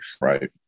right